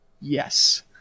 yes